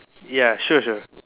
ya sure sure